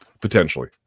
Potentially